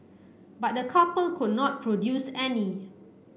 but the couple could not produce any